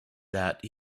that